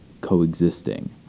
Coexisting